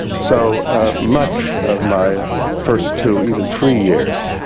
so much of my first two, even three years,